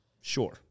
Sure